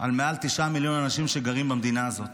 למעל תשעה מיליון אנשים שגרים במדינה הזאת.